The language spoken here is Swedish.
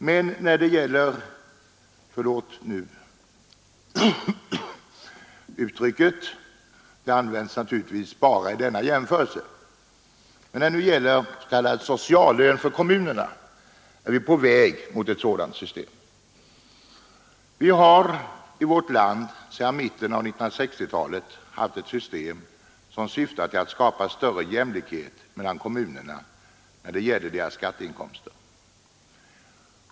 Men när det gäller — förlåt nu uttrycket; det används naturligtvis bara i denna jämförelse — s.k. ”sociallön” för kommunerna är vi på väg mot ett sådant system. Vi har nämligen i vårt land sedan mitten av 1960-talet haft ett system som syftar till att skapa större jämlikhet mellan kommunerna när det gäller deras skatteinkomster.